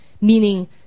meaning